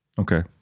Okay